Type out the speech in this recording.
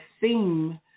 theme